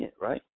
right